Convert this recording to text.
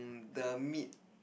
the meat